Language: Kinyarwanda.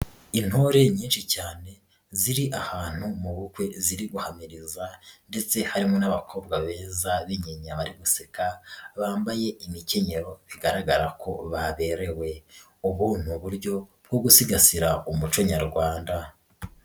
Intore nyinshi cyane ziri ahantu mu bukwe ziri guhamiriza ndetse harimo n'abakobwa beza b'inya bari guseka, bambaye imikenyero bigaragara ko baberewe, ubu n'uburyo bwo gusigasira umuco nyarwanda.